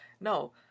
No